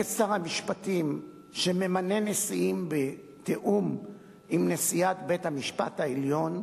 כשר המשפטים שממנה נשיאים בתיאום עם נשיאת בית-המשפט העליון,